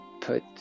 put